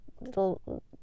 little